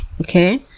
Okay